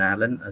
Alan